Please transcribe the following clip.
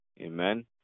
Amen